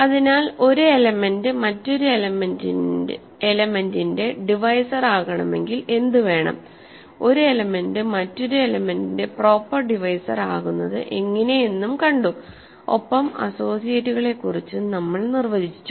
അതിനാൽ ഒരു എലമെൻറ് മറ്റൊരു എലമെന്റിന്റെ ഡിവൈസർ ആകണമെകിൽ എന്ത് വേണംഒരു എലമെൻ്റ് മറ്റൊരു എലമെന്റിന്റെ പ്രോപ്പർ ഡിവൈസർ ആകുന്നത് എങ്ങിനെ എന്നും കണ്ടു ഒപ്പം അസ്സോസിയേറ്റുകളെ കുറിച്ചും നമ്മൾ നിർവചിച്ചു